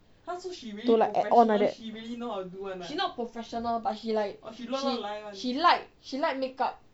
to like add on like that she not professional but he liked she she like she like makeup